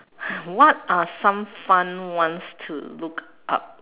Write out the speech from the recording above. what are some fun ones to look up